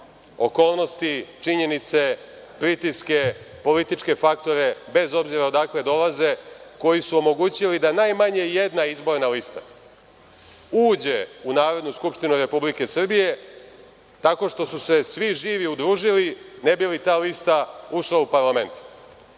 okolnosti, činjenice, pritiske, političke faktore bez obzira odakle dolaze koji su omogućili da najmanje jedna izborna lista uđe u Narodnu skupštinu Republike Srbije tako što su se svi živi udružili ne bi li ta lista ušla u parlament. Da